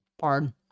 Pardon